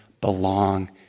belong